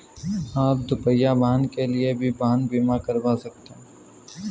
आप दुपहिया वाहन के लिए भी वाहन बीमा करवा सकते हैं